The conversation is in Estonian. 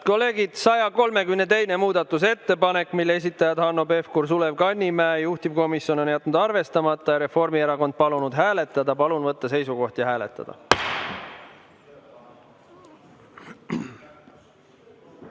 kolleegid, 132. muudatusettepanek, mille esitajad on Hanno Pevkur ja Sulev Kannimäe ning juhtivkomisjon on jätnud arvestamata. Reformierakond on palunud hääletada. Palun võtta seisukoht ja hääletada!